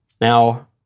Now